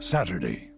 Saturday